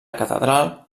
catedral